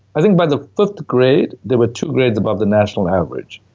i think by the fifth grade, they were two grades above the national average,